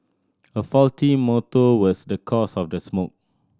a faulty motor was the cause of the smoke